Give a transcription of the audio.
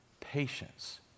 patience